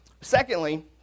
Secondly